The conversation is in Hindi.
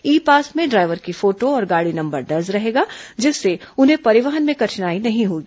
ई पास में ड्राईवर की फोटो और गाड़ी नंबर दर्ज रहेगा जिससे उन्हें परिवहन में कठिनाई नहीं होगी